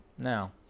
now